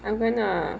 I'm gonna